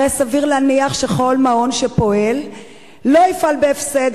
הרי סביר להניח שכל מעון שפועל לא יפעל בהפסד,